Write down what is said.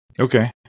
okay